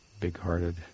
big-hearted